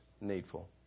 needful